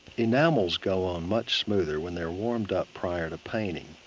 enamels go on much smoother when they're warmed up prior to painting.